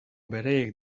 beraiek